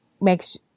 makes